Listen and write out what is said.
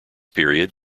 period